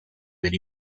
del